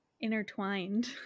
intertwined